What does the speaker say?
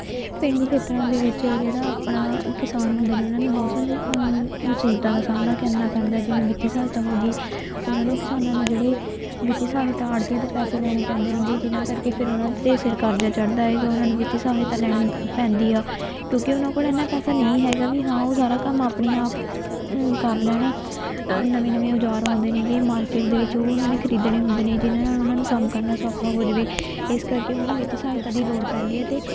ਪੇਂਡੂ ਖੇਤਰਾਂ ਦੇ ਵਿੱਚ ਜਿਹੜਾ ਆਪਣਾ ਕਿਸਾਨ ਹੁੰਦੇ ਨੇ ਉਹਨਾਂ ਨੂੰ ਬਹੁਤ ਸਾਰੀ ਮੁਸੀਬਤਾਂ ਦਾ ਸਾਹਮਣਾ ਕਰਨਾ ਪੈਂਦਾ ਹੈ ਜਿਵੇਂ ਵਿੱਤੀ ਸਹਾਇਤਾ ਹੋ ਗਈ ਉਹਨਾਂ ਨੂੰ ਕਿਸਾਨਾਂ ਨੂੰ ਜਿਹੜੇ ਵਿੱਤੀ ਸਹਾਇਤਾ ਆੜ੍ਹਤੀਆਂ ਤੋਂ ਪੈਸੇ ਲੈਣੇ ਪੈਂਦੇ ਨੇ ਗੇ ਜਿਨ੍ਹਾਂ ਕਰਕੇ ਫਿਰ ਉਹਨਾਂ ਦੇ ਸਿਰ ਕਰਜ਼ਾ ਚੜ੍ਹਦਾ ਹੈਗਾ ਉਹਨਾਂ ਨੂੰ ਵਿੱਤੀ ਸਹਾਇਤਾ ਲੈਣੀ ਪੈਂਦੀ ਆ ਕਿਉਂਕਿ ਉਹਨਾਂ ਕੋਲ ਐਨਾ ਪੈਸਾ ਨਹੀਂ ਹੈਗਾ ਵੀ ਹਾਂ ਉਹ ਸਾਰਾ ਕੰਮ ਆਪਣੇ ਆਪ ਕਰ ਲੈਣ ਨਵੀਂ ਨਵੀਂ ਔਜ਼ਾਰ ਆਉਂਦੇ ਨੇ ਗੇ ਮਾਰਕੀਟ ਦੇ ਵਿੱਚ ਉਹ ਉਹਨਾਂ ਨੇ ਖਰੀਦਣੇ ਹੁੰਦੇ ਨੇ ਜਿਨ੍ਹਾਂ ਨਾਲ ਉਹਨਾਂ ਨੂੰ ਕੰਮ ਕਰਨਾ ਸੌਖਾ ਹੋ ਜਾਵੇ ਇਸ ਕਰਕੇ ਉਹਨਾਂ ਨੂੰ ਵਿੱਤੀ ਸਹਾਇਤਾ ਦੀ ਲੋੜ ਪੈਂਦੀ ਹੈ ਅਤੇ